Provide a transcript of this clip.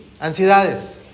ansiedades